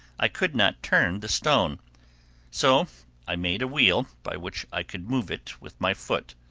i could not turn the stone so i made a wheel by which i could move it with my foot.